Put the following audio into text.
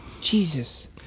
Jesus